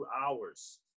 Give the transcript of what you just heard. hours